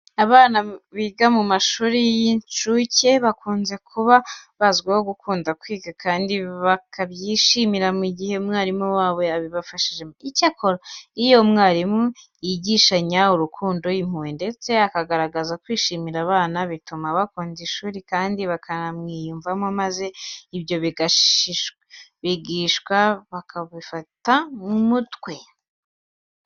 Abana biga mu mashuri y'insuke bakunze kuba bazwiho gukunda kwiga kandi bakabyishimira mu gihe umwarimu wabo abibafashijemo. Icyakora iyo umwarimu yigishanya urukundo, impuhwe ndetse akagerageza kwishimira aba bana, bituma bakunda ishuri kandi bakanamwiyumvamo maze ibyo bigishwa bakabifata mu mutwe.